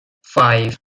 five